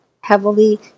heavily